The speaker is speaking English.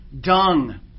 dung